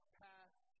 past